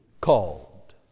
called